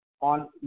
on